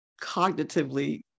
cognitively